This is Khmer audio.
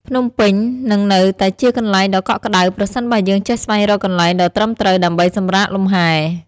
ភ្នំពេញនឹងនៅតែជាកន្លែងដ៏កក់ក្តៅ ប្រសិនបើយើងចេះស្វែងរកកន្លែងដ៏ត្រឹមត្រូវដើម្បីសម្រាកលំហែ។